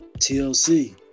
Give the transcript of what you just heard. TLC